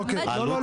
לא,